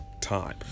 time